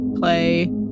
play